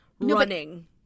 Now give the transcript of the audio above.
running